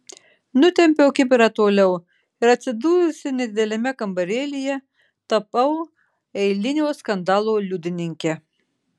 nutempiau kibirą toliau ir atsidūrusi nedideliame kambarėlyje tapau eilinio skandalo liudininke